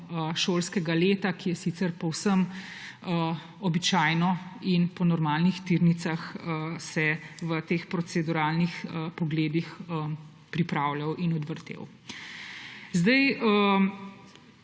šolskega leta, ki je sicer povsem običajno in se je po normalnih tirnicah v teh proceduralnih pogledih pripravljal in odvrtel. Kar